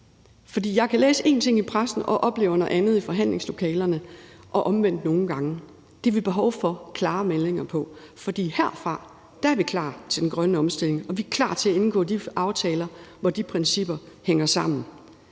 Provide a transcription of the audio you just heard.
jeg kan læse én ting i pressen og opleve noget andet i forhandlingslokalerne, og nogle gange omvendt. Det har vi behov for klare meldinger på, for herfra er vi klar til den grønne omstilling, og vi er klar til at indgå de aftaler, hvor de principper hænger sammen,